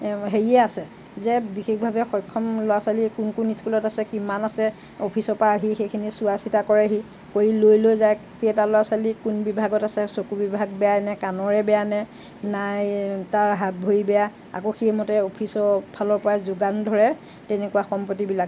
হেৰি আছে যে বিশেষভাৱে সক্ষম ল'ৰা ছোৱালী কোন কোন স্কুলত আছে কিমান আছে অফিচৰ পৰা আহি সেইখিনি চোৱা চিতা কৰেহি কৰি লৈ লৈ যায় কেইটা ল'ৰা ছোৱালী কোন বিভাগত আছে চকুৰ বিভাগ বেয়া নে কাণৰে বেয়া নে তাৰ হাত ভৰি বেয়া আকৌ সেইমতে অফিচৰ ফালৰ পৰাই যোগান ধৰে তেনেকুৱা সম্পত্তিবিলাক